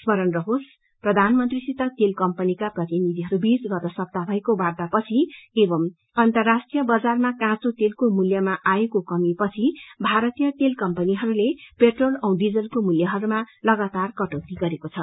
स्मरण रहोस प्रधानमंत्रीसित तेल कम्पनीका प्रतिनिधिहरूबीच गत सप्ताह भएको वार्तापछि एवं अर्न्तराष्ट्रिय बजारमा काँचो तेलको मूल्यमा आएको कमी पछि भारतीय तेल कम्पनीहरूले पेट्रोल औ डिजलको मूल्रूहस्वामा लगाातार कटौती गरेको छ